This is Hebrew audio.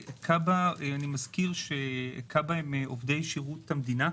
אני מזכיר שכיבוי אש הם עובדי שירות המדינה,